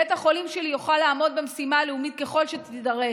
בית החולים שלי יוכל לעמוד במשימה הלאומית ככל שיידרש.